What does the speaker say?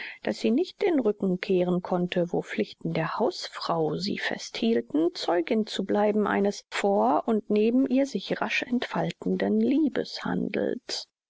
daß sie nicht den rücken kehren konnte wo pflichten der hausfrau sie fest hielten zeugin zu bleiben eines vor und neben ihr sich rasch entfaltenden